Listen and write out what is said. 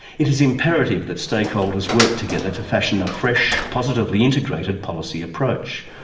it is imperative that stakeholders work together to fashion a fresh positively integrated policy approach.